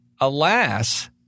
alas